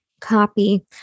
copy